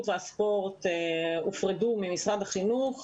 משרד החינוך